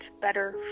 better